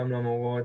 גם למורות,